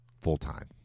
full-time